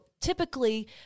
typically